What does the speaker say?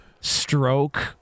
stroke